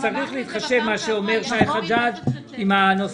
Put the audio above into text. אז צריך להתחשב במה שאומר שי חג'ג' גם באזור